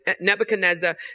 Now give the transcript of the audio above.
Nebuchadnezzar